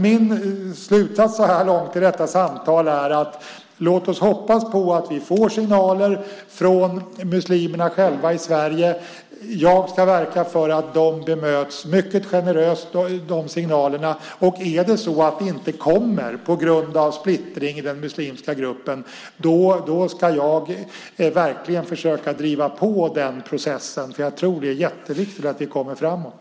Min slutsats så här långt av detta samtal är: Låt oss hoppas på att vi får signaler från muslimerna själva i Sverige. Jag ska verka för att de signalerna bemöts mycket generöst. Är det så att de inte kommer på grund av splittringen i den muslimska gruppen ska jag verkligen försöka driva på den processen, för jag tror att det är jätteviktigt att vi kommer framåt.